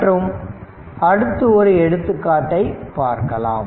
மற்றும் அடுத்து ஒரு எடுத்துக்காட்டை பார்க்கலாம்